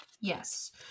Yes